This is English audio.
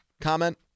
comment